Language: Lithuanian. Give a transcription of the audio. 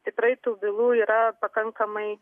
tikrai tų bylų yra pakankamai